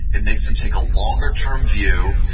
it makes them take a longer-term view.